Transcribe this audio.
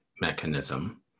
mechanism